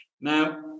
Now